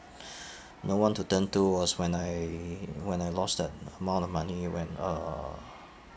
no one to turn to was when I when I lost that amount of money when uh